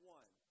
one